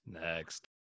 next